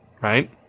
right